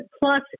plus